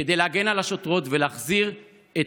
כדי להגן על השוטרות ולהחזיר את